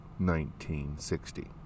1960